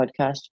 podcast